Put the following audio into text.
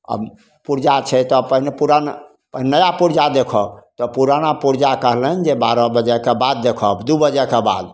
आओर पुरजा छै तऽ पहिले पुरान पहिने नया परजा देखब तऽ पुराना पुरजा जे कहलनि जे बारह बजेके बाद देखब दुइ बजेके बाद